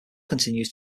continues